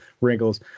wrinkles